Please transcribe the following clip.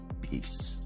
Peace